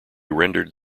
rendered